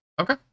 Okay